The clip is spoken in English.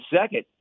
second